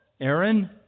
Aaron